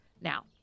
Now